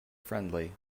friendly